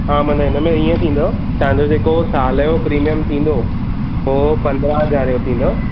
हा माना हिनमें ईअं थींदव तव्हांजो जेको साल जो प्रीमिअम थींदो हो पंदरहां हज़ारें जो थींदव